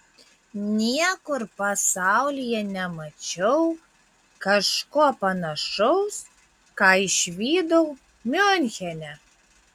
niekur pasaulyje nemačiau kažko panašaus ką išvydau miunchene